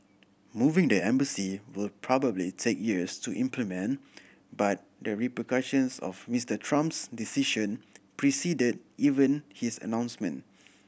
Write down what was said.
moving the embassy will probably take years to implement but the repercussions of Mister Trump's decision preceded even his announcement